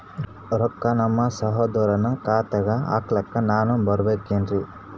ರೊಕ್ಕ ನಮ್ಮಸಹೋದರನ ಖಾತಾಕ್ಕ ಹಾಕ್ಲಕ ನಾನಾ ಬರಬೇಕೆನ್ರೀ?